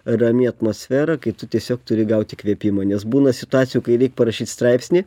rami atmosfera kai tu tiesiog turi gauti įkvėpimą nes būna situacijų kai reik parašyt straipsnį